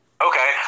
Okay